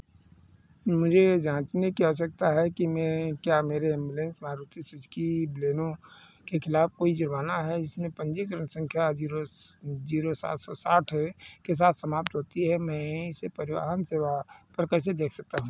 मुझे जाँचने की आवश्यकता है कि मैं क्या मेरे एम्बुलेंस मारुति सुजुकी बलेनो के ख़िलाफ़ कोई जुर्माना है जिसमें पंजीकरण संख्या जीरो जीरो सात सौ साठ के साथ समाप्त होती है मैं इसे परिवाहन सेवा पर कैसे देख सकता हूँ